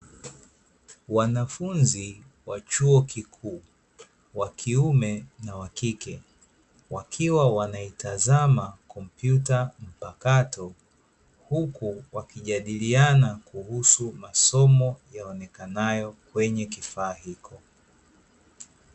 Wanafunzi wa chuo kikuu wakiume na wakike wakiwa wanaitazama kompyuta mpakato, huku wakijadiliana kuhusu masomo yaonekanayo kwenye kifaa hiko.